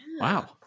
Wow